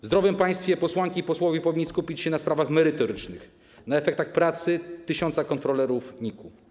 W zdrowym państwie posłanki i posłowie powinni skupić się na sprawach merytorycznych, na efektach pracy tysiąca kontrolerów NIK-u.